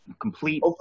complete